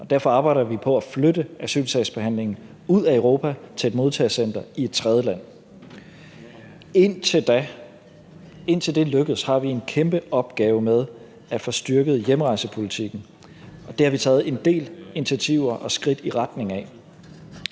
Derfor arbejder vi på at flytte asylsagsbehandlingen ud af Europa til et modtagecenter i et tredjeland. Indtil det lykkes, har vi en kæmpe opgave med at få styrket hjemrejsepolitikken, og det har vi taget en del initiativer og skridt i retning af.